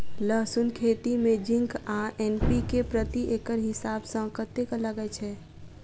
लहसून खेती मे जिंक आ एन.पी.के प्रति एकड़ हिसाब सँ कतेक लागै छै?